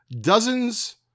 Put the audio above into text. dozens